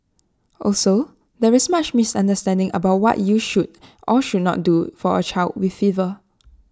also there is much misunderstanding about what you should or should not do for A child with fever